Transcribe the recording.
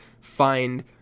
find